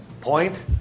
Point